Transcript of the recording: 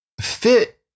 fit